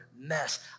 mess